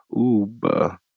Uba